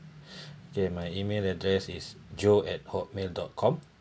okay my email address is joe at hotmail dot com